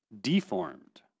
deformed